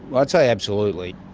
i'd say absolutely.